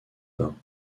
bains